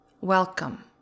Welcome